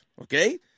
okay